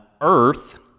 earth